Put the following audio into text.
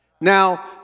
Now